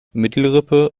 mittelrippe